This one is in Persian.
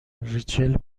ریچل